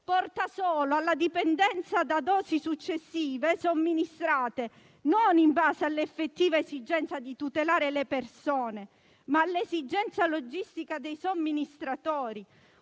Porta solo alla dipendenza da dosi successive, somministrate in base non all'effettiva esigenza di tutelare le persone, ma all'esigenza logistica dei somministratori.